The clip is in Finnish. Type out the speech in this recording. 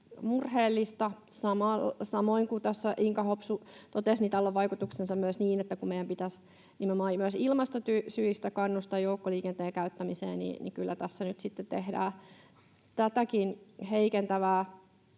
murheellista. Samoin kuin tässä Inka Hopsu totesi, tällä on vaikutuksensa myös niin, että kun meidän pitäisi nimenomaan myös ilmastosyistä kannustaa joukkoliikenteen käyttämiseen, niin kyllä tässä nyt sitten tehdään tätäkin heikentävää